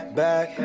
back